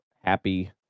happy